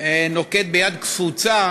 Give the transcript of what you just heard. נוקט יד קפוצה